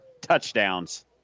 touchdowns